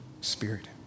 spirit